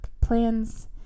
plans